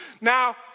Now